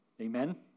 Amen